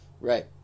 Right